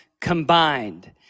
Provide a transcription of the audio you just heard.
combined